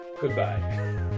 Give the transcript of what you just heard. Goodbye